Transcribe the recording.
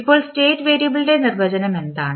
ഇപ്പോൾ സ്റ്റേറ്റ് വേരിയബിളിന്റെ നിർവചനം എന്താണ്